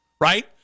right